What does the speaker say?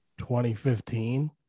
2015